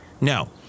No